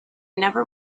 never